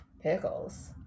pickles